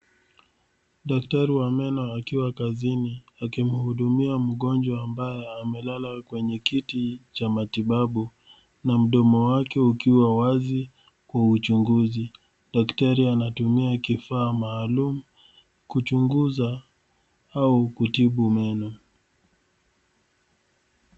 Daktari wa meno akiwa kazini akimuhudumia mgonjwa ambaye amelala kwenye kiti cha matibabu na mdomo wake ukiwa wazi kwa uchunguzi. Daktari ana tumia kifaa maalum kuchunguza au kutibu meno.